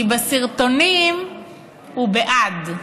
כי בסרטונים הוא בעד,